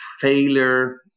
failure